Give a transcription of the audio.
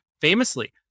famously